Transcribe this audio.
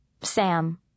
Sam